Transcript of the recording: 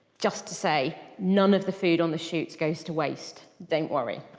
just to say, none of the food on the shoots goes to waste don't worry.